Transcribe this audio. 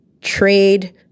trade